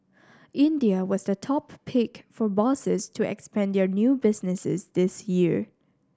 India was the top pick for bosses to expand their new businesses this year